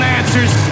answers